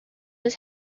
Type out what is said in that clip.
his